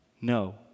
No